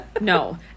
No